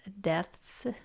deaths